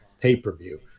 pay-per-view